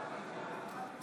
אינו נוכח איימן עודה, בעד